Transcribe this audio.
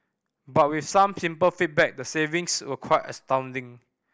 but with some simple feedback the savings were quite astounding